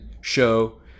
show